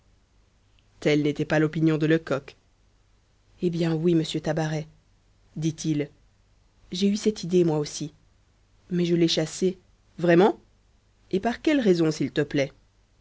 telle n'était pas l'opinion de lecoq eh bien oui monsieur tabaret dit-il j'ai eu cette idée moi aussi mais je l'ai chassée vraiment et par quelle raison s'il te plaît